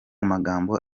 magambo